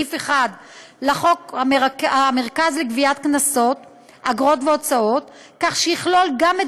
בסעיף 1 בחוק המרכז לגביית קנסות (אגרות והוצאות) כך שיכלול גם את